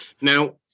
Now